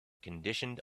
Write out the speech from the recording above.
conditioned